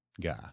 guy